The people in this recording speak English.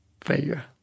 failure